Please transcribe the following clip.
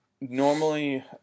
normally